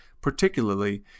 Particularly